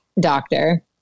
doctor